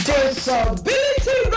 Disability